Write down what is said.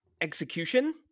execution